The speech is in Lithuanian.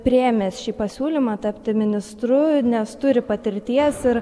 priėmęs šį pasiūlymą tapti ministru nes turi patirties ir